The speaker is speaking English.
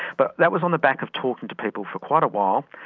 but that was on the back of talking to people for quite a while,